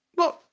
well,